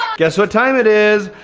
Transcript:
guess what time it is?